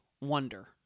wonder